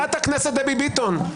חברת הכנסת דבי ביטון.